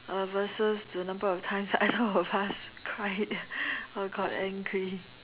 uh versus the numbers of time either of either of us cried or got angry